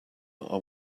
are